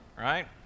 right